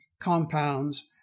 compounds